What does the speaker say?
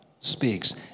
speaks